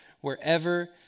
wherever